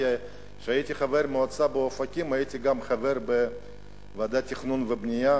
כי כשהייתי חבר מועצה באופקים הייתי גם חבר בוועדת תכנון ובנייה,